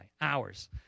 hours